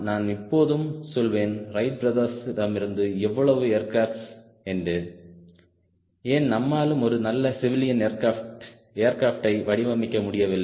நான் இப்போதும் சொல்வேன் ரைட் பிரதர்ஸிடமிருந்து எவ்வளவு ஏர்க்ரப்ட்ஸ் என்று ஏன் நம்மாலும் ஒரு நல்ல சிவிலியன் ஏர்க்ரப்டை வடிவமைக்க முடியவில்லை